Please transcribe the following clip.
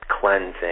cleansing